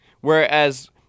whereas